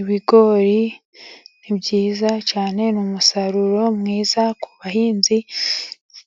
Ibigori ni byiza cyane, ni umusaruro mwiza ku bahinzi